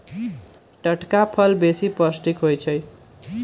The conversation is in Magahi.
टटका फल बेशी पौष्टिक होइ छइ